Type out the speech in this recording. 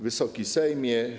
Wysoki Sejmie!